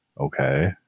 Okay